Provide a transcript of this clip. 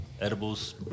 Edibles